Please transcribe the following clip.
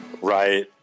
Right